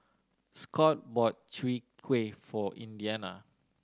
Scot bought Chwee Kueh for Indiana